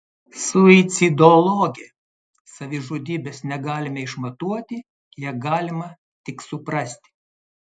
suicidologė savižudybės negalime išmatuoti ją galime tik suprasti